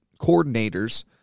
coordinators